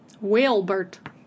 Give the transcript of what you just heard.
Wilbert